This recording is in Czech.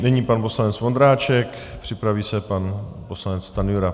Nyní pan poslanec Vondráček, připraví se pan poslanec Stanjura.